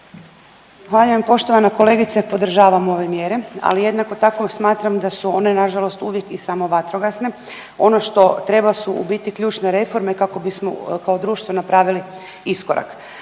Zahvaljujem. Poštovana kolegice, podržavam ove mjere, ali jednako tako smatram da su one nažalost uvijek i samo vatrogasne. Ono što treba su u biti ključne reforme kako bismo kao društvo napravili iskorak.